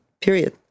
period